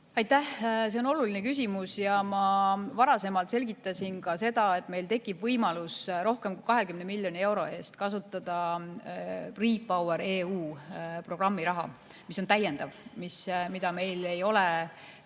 Aitäh! See on oluline küsimus. Ma varasemalt selgitasin ka seda, et meil tekib võimalus rohkem kui 20 miljoni euro ulatuses kasutada REPowerEU programmi raha, mis on täiendav, mida meil ei ole